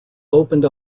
opened